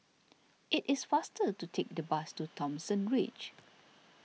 it is faster to take the bus to Thomson Ridge